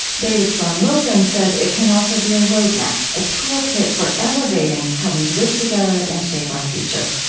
david sloan wilson says it can also be a road map, a tool kit for elevating how we live together and shape our future.